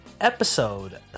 episode